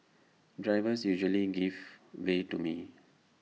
drivers usually give way to me